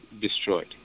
destroyed